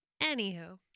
Anywho